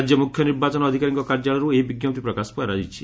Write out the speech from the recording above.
ରାଜ୍ୟ ମୁଖ୍ୟ ନିର୍ବାଚନ ଅଧିକାରୀଙ୍କ କାର୍ଯ୍ୟାଳୟରୁ ଏହି ବିଙ୍କପ୍ତି ପ୍ରକାଶ କରାଯାଇଛି